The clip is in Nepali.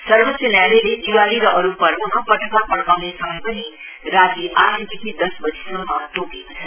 सर्वोच्च न्यायालले दिवाली र अरू पर्वमा पटका पड़काउने समय पनि राती आठदेखि दश बजेसम्म तोकेको छ